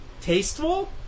tasteful